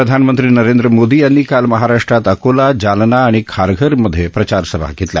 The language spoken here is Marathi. प्रधानमंत्री नरेंद्र मोदी यांनी काल महाराष्ट्रात अकोला जालना आणि खारघरमध्ये प्रचारसभा घेतल्या